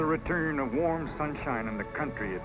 the return of warm sunshine in the country